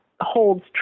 holds